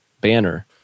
banner